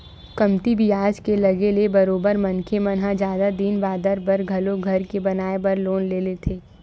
कमती बियाज के लगे ले बरोबर मनखे मन ह जादा दिन बादर बर घलो घर के बनाए बर लोन ल लेथे